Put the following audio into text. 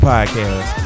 Podcast